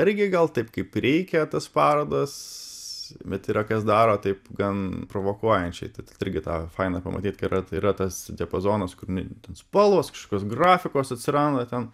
irgi gal taip kaip reikia tas parodas bet yra kas daro taip gan provokuojančiai tai irgi tą faina pamatyt kai yra tai yra tas diapazonas kur ten spalvos kažkokios grafikos atsiranda ten